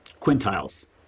quintiles